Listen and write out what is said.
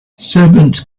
servants